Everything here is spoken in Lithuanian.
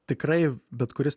tikrai bet kuris